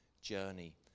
journey